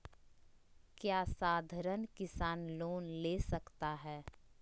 क्या साधरण किसान लोन ले सकता है?